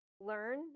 learn